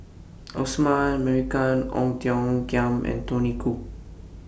Osman Merican Ong Tiong Khiam and Tony Khoo